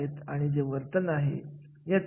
आणि ठरवून दिलेले मोजमाप आपण गाठू शकतो